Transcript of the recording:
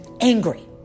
angry